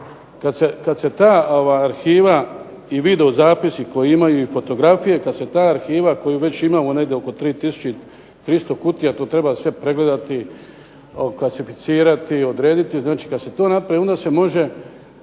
Kad se ta arhiva i videozapisi koji imaju i fotografije, kad se ta arhiva koju već imamo negdje oko 3300 kutija, to treba sve pregledati, klasificirati, odrediti. Znači kad se to napravi onda se može